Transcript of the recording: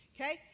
Okay